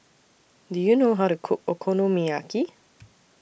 Do YOU know How to Cook Okonomiyaki